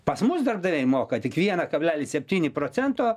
pas mus darbdaviai moka tik vieną kablelis septyni procento